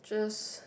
just